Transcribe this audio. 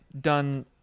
done